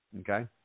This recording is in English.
Okay